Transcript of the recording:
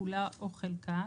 כולה או חלקה,